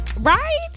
right